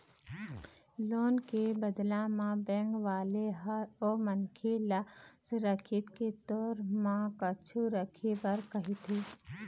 loan के बदला म बेंक वाले ह ओ मनखे ल सुरक्छा के तौर म कुछु रखे बर कहिथे